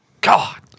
God